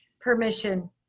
Permission